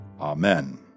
Amen